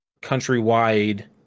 countrywide